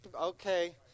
Okay